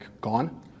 gone